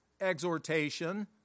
exhortation